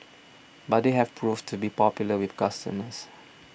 but they have proved to be popular with customers